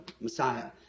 Messiah